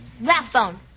Rathbone